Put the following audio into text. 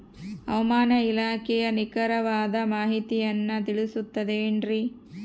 ಹವಮಾನ ಇಲಾಖೆಯ ನಿಖರವಾದ ಮಾಹಿತಿಯನ್ನ ತಿಳಿಸುತ್ತದೆ ಎನ್ರಿ?